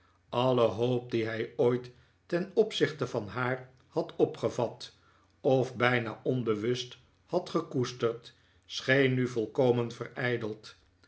alle hoop die hij ooit ten opzichte van haar had opgevat of bijna onbewust had gekoesterd scheen nu volkomen verijdeld